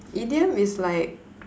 idiom is like